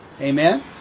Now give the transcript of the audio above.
Amen